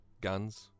guns